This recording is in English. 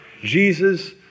Jesus